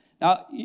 Now